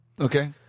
okay